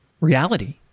reality